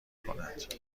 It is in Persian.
کند